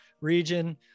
region